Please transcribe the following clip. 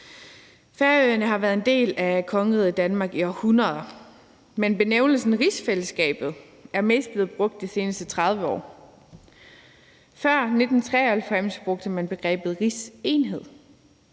Færøerne har været en del af kongeriget Danmark i århundreder, men benævnelsen rigsfællesskab er mest blevet brugt de seneste 30 år. Før 1993 brugte man begrebet rigsenhed.